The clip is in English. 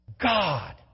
God